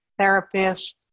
therapists